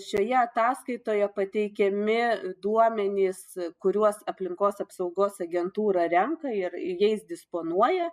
šioje ataskaitoje pateikiami duomenys kuriuos aplinkos apsaugos agentūra renka ir jais disponuoja